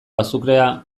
azukrea